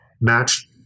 match